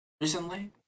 recently